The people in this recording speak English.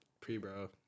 pre-bro